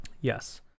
Yes